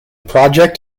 project